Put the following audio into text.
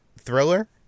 thriller